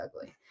ugly